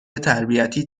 تربیتی